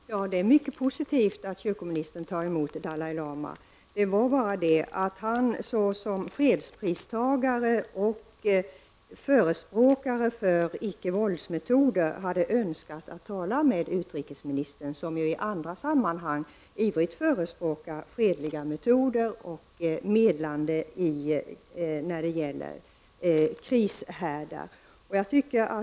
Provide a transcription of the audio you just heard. Herr talman! Det är mycket positivt att kyrkoministern tar emot Dalai Lama. Det är bara det att han som fredspristagare och förespråkare för ickevålds-metoder hade önskat att få tala med utrikesministern, som ju i andra sammanhang ivrigt förespråkar fredliga metoder och medling i krishärdar.